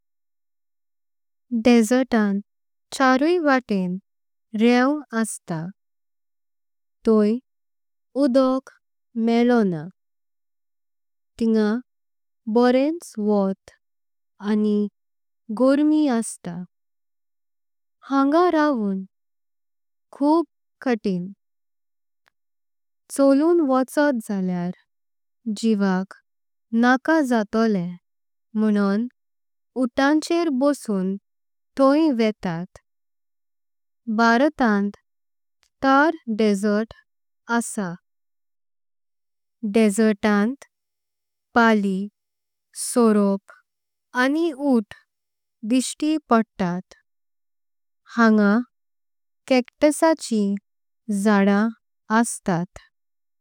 डेजर्टां चारुई वाट्टें रेंव आस्तां थोई उदोक मेलोना। तिंगा बोरेंच वट्ट आनी गोरमि अस्तां हांगा रवून। खुब काटिंण चलून वचोत झालेय जिवाक नाका। जातोले म्हूणव उट्टांखेर भोसून थोई वेतात भारतां। तार डेजर्ट आसा डेजर्टां पाळी सोरोप आनी। उट्ट दृष्टि पडतात हांगा कॅक्टसाचीं जाड्डां आस्तात।